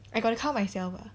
I got to count myself ah